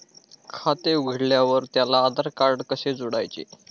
खाते उघडल्यावर त्याला आधारकार्ड कसे जोडायचे?